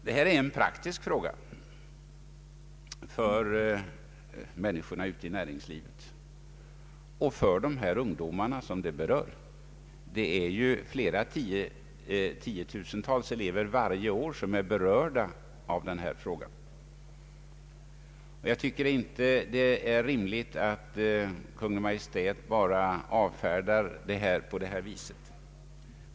Detta är en praktisk fråga för människorna ute i näringslivet och för de ungdomar det gäller. Flera tiotusental elever berörs varje år av denna fråga. Jag tycker inte det är rimligt att Kungl. Maj:t avfärdar frågan på detta vis.